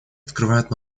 открывает